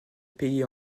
payer